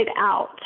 out